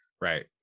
Right